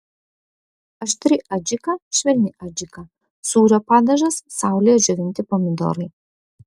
aštri adžika švelni adžika sūrio padažas saulėje džiovinti pomidorai